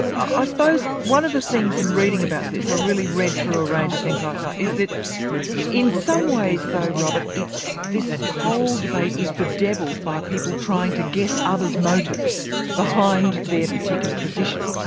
ah ah suppose one of the things in reading about this i really read through a range of things last night is that in some ways though, robert, it's this whole debate is bedevilled by people trying to guess others' motives behind their particular position.